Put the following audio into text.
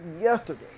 yesterday